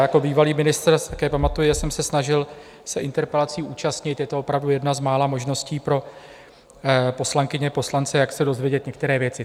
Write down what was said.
Jako bývalý ministr si také pamatuji, že jsem se snažil se interpelací účastnit, je to opravdu jedna z mála možností pro poslankyně, poslance, jak se dozvědět některé věci.